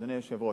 אדוני היושב-ראש,